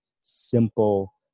simple